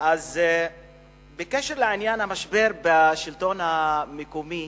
בקשר למשבר בשלטון המקומי,